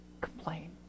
complain